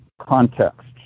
context